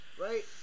Right